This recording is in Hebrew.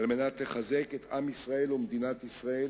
כדי לחזק את עם ישראל ומדינת ישראל